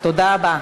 תודה רבה.